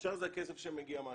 והשאר זה הכסף שמגיע מהטוטו.